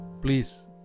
please